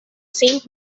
saint